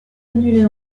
annulé